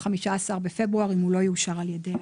ב-15 בפברואר אם הוא לא יאושר על ידי הוועדה.